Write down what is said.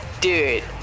Dude